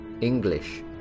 English